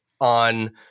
on